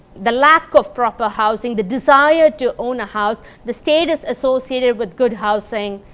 the lack of proper housing, the desire to own a house, the status associated with good housing.